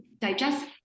digest